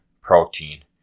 protein